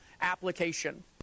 application